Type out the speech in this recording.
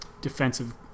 defensive